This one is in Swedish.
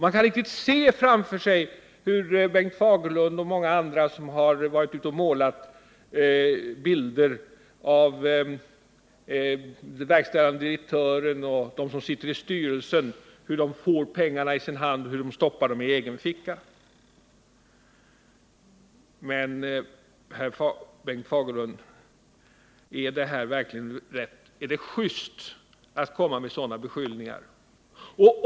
Man kan riktigt se framför sig hur Bengt Fagerlund och många andra har varit ute och målat bilder av hur verkställande direktören och de som sitter i styrelsen får pengarna i sin hand och hur de stoppar dem i sin egen ficka. Men, Bengt Fagerlund, är det just att komma med sådana beskyllningar?